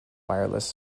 wireless